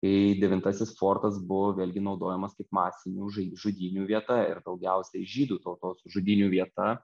kai devintasis fortas buvo vėlgi naudojamas kaip masinių žai žudynių vieta ir daugiausiai žydų tautos žudynių vieta